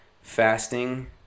Fasting